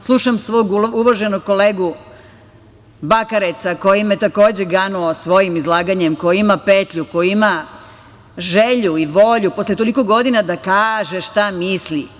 Slušam svog uvaženog kolegu Bakareca koji me je takođe ganuo svojim izlaganjem, koji ima petlju, koji ima želju i volju posle toliko godina da kaže šta misli.